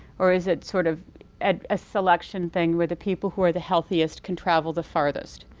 or is it sort of a ah selection thing where the people who are the healthiest can travel the farthest.